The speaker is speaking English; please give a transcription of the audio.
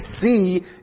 see